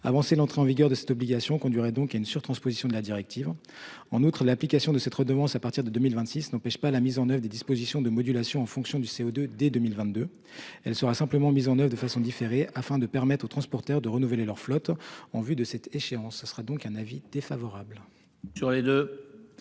Avancée. L'entrée en vigueur de cette obligation conduirait donc il y a une sur-transposition de la directive. En outre, l'application de cette redevance, à partir de 2026, n'empêche pas la mise en oeuvre des dispositions de modulation en fonction du CO2 dès 2022. Elle sera simplement mises en Oeuvres de façon différée afin de permettre aux transporteurs de renouveler leur flotte en vue de cette échéance, ce sera donc un avis défavorable.